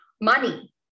money